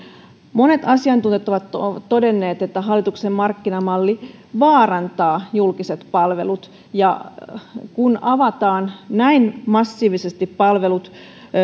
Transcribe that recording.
monet asiantuntijat ovat ovat todenneet että hallituksen markkinamalli vaarantaa julkiset palvelut kun avataan näin massiivisesti palvelut